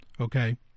okay